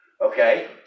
Okay